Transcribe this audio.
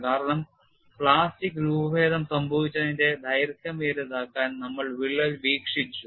കാരണം പ്ലാസ്റ്റിക് രൂപഭേദം സംഭവിച്ചതിന്റെ ദൈർഘ്യമേറിയതാക്കാൻ നമ്മൾ വിള്ളൽ വീക്ഷിച്ചു